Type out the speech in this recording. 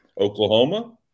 Oklahoma